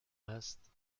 است